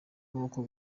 n’uko